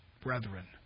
brethren